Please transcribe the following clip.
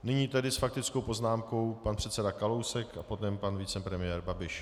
Nyní tedy s faktickou poznámkou pan předseda Kalousek a potom pan vicepremiér Babiš.